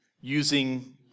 using